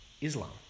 Islam